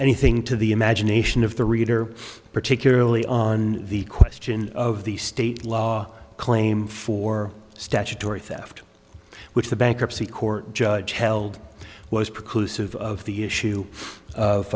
anything to the imagination of the reader particularly on the question of the state law claim for statutory theft which the bankruptcy court judge held was producer of the issue of